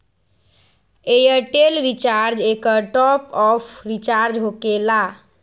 Airtel recharge एकर top off recharge होकेला?